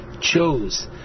chose